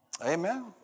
Amen